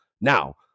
Now